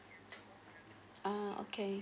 ah okay